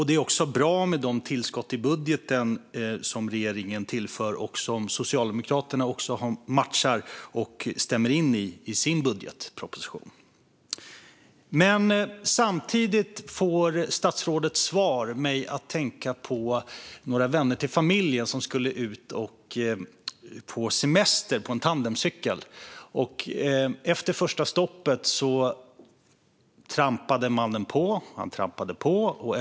Det är också bra med de tillskott i budgeten som regeringen gör och som Socialdemokraterna stöder och matchar i sin budgetmotion. Men samtidigt får statsrådets svar mig att tänka på några vänner till familjen som skulle ut och semestra på en tandemcykel. Efter första stoppet trampade mannen iväg igen. Han trampade på och trampade på.